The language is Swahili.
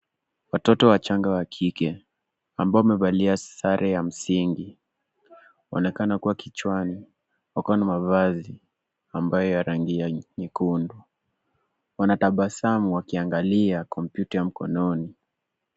Watoto wachanga wa kike ambao wamevalia sare ya msingi. waonekana kua kichwani wako na mavazi ambayo ya rangi ya nyekundu. Wanatabasamu wakiangalia kompyuta ya mkononi.